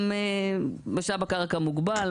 משאב הקרקע מוגבל,